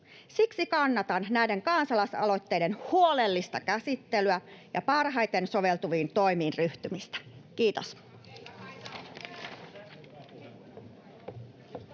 Siksi kannatan näiden kansalaisaloitteiden huolellista käsittelyä ja parhaiten soveltuviin toimiin ryhtymistä. — Kiitos.